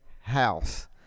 house